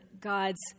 God's